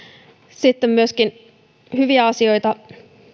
sitten myöskin hyviä asioita